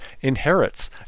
inherits